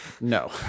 no